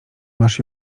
masz